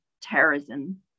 terrorism